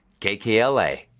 KKLA